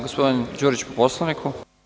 Gospodin Đurić po Poslovniku.